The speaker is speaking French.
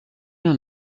n’en